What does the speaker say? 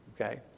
Okay